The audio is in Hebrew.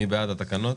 מי בעד התקנות?